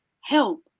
help